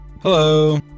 Hello